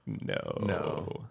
No